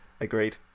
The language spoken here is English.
Agreed